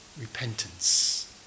repentance